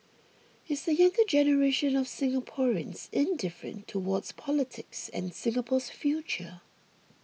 is the younger generation of Singaporeans indifferent towards politics and Singapore's future